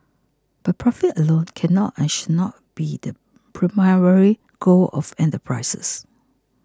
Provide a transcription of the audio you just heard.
but profit alone cannot and should not be the primary goal of enterprises